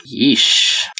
Yeesh